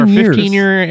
15-year